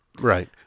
Right